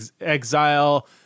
exile